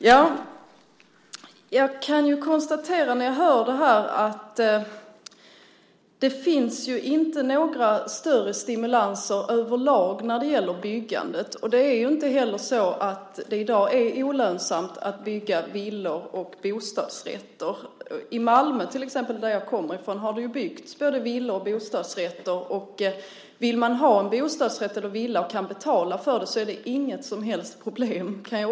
När jag hör detta kan jag konstatera att det inte finns några större stimulanser överlag när det gäller byggandet. Det är inte heller så att det i dag är olönsamt att bygga villor och bostadsrätter. I till exempel Malmö, som jag kommer ifrån, har det byggts både villor och bostadsrätter. Vill man ha en bostadsrätt eller villa och kan betala för det är det inget som helst problem.